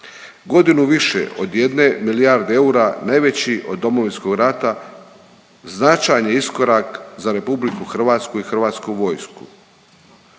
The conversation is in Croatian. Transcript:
Godinu više od jedne milijarde eura najveći od Domovinskog rata značajni iskorak za Republiku Hrvatsku i Hrvatsku vojsku.